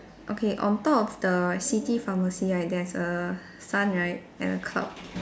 okay on top of the city pharmacy right there's a sun right and a cloud